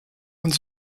und